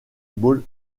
ball